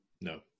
No